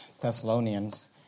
Thessalonians